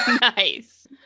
Nice